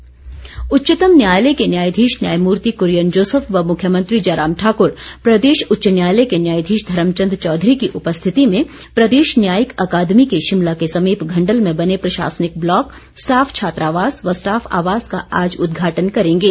न्यायालय उच्चतम न्यायालय के न्यायाधीश न्यायमूर्ति कुरियन जोसेफ व मुख्यमंत्री जय राम ठाकुर प्रदेश उच्च न्यायालय के न्यायाधीश धर्मचंद चौधरी की उपस्थिति में प्रदेश न्यायिक अकादमी के शिमला के समीप घंडल में बने प्रशासनिक ब्लॉक स्टाफ छात्रावास व स्टाफ आवास का आज उद्घाटन करेंगे